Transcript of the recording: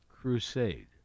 Crusade